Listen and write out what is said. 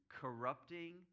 corrupting